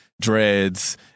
dreads